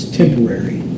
temporary